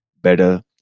better